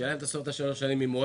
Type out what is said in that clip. השאלה אם אתה סופר את השלוש שנים ממועד